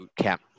bootcamp